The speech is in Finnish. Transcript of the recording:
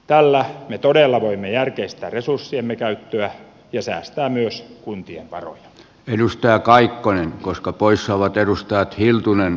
tällä me todella voimme järkeistää resurssiemme käyttöä ja säästää myös kuntien varoin edustaja kaikkonen koska poissaolot edustajat varoja